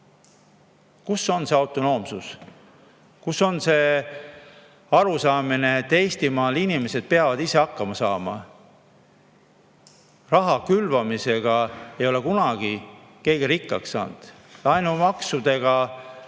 Kus on see autonoomsus? Kus on see arusaamine, et Eestimaal inimesed peavad ise hakkama saama? Raha külvamisega ei ole kunagi keegi rikkaks saanud? Laenumaksudega või